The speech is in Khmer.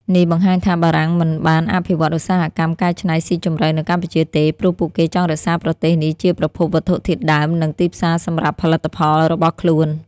នេះបង្ហាញថា បារាំងមិនបានអភិវឌ្ឍន៍ឧស្សាហកម្មកែច្នៃស៊ីជម្រៅនៅកម្ពុជាទេ ព្រោះពួកគេចង់រក្សាប្រទេសនេះជាប្រភពវត្ថុធាតុដើម និងទីផ្សារសម្រាប់ផលិតផលរបស់ខ្លួន។